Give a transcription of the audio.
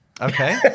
Okay